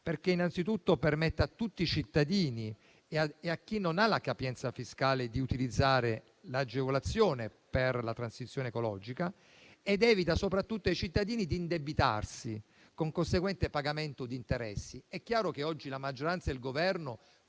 detrazione: ciò permette a tutti i cittadini e a chi non ha la capienza fiscale di utilizzare l'agevolazione per la transizione ecologica, ed evita soprattutto ai cittadini di indebitarsi, con conseguente pagamento di interessi. È chiaro che oggi la maggioranza e il Governo